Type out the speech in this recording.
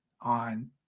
on